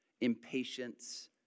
impatience